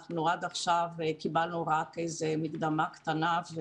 עד עכשיו קיבלנו רק מקדמה קטנה.